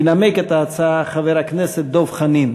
ינמק את ההצעה חבר הכנסת דב חנין.